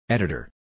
Editor